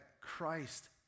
Christ